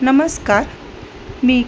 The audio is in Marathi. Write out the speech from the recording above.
नमस्कार मी